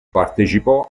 partecipò